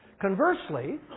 Conversely